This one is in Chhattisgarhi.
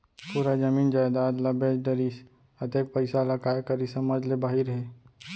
पूरा जमीन जयजाद ल बेच डरिस, अतेक पइसा ल काय करिस समझ ले बाहिर हे